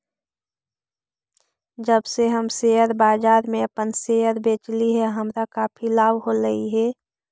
जब से हम शेयर बाजार में अपन शेयर बेचली हे हमारा काफी लाभ होलई हे